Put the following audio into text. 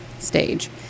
stage